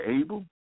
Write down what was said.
able